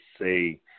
say